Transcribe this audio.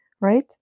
right